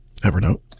Evernote